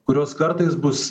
kurios kartais bus